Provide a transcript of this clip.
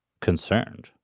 concerned